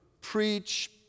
preach